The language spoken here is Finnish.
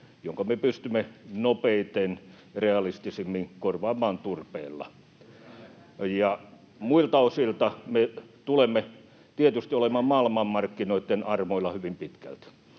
jonka me pystymme nopeiten, realistisimmin korvaamaan turpeella. Ja muilta osilta me tulemme tietysti olemaan maailmanmarkkinoitten armoilla hyvin pitkälti,